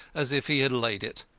as if he had laid it.